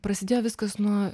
prasidėjo viskas nuo